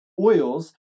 oils